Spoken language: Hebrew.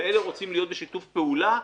ואלה רוצים להיות בשיתוף פעולה.